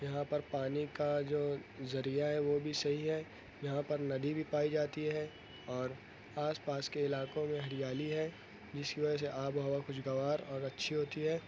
یہاں پر پانی کا جو ذریعہ ہے وہ بھی صحیح ہے یہاں پر ندی بھی پائی جاتی ہے اور آس پاس کے علاقوں میں ہریالی ہے جس کی وجہ آب و ہوا خوش گوار اور اچھی ہوتی ہے